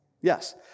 Yes